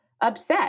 upset